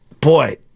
Boy